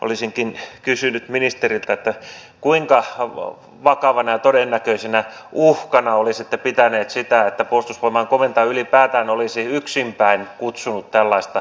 olisinkin kysynyt ministeriltä kuinka vakavana ja todennäköisenä uhkana olisitte pitänyt sitä että puolustusvoimain komentaja ylipäätään olisi yksinpäin kutsunut tällaista joukkoa kokoon